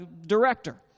director